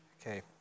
Okay